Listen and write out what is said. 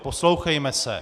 Poslouchejme se.